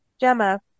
Gemma